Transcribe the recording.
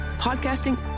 podcasting